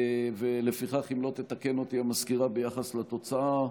לפיכך, אם לא תתקן אותי המזכירה ביחס לתוצאה,